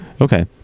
Okay